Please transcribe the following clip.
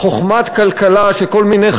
מי נגד?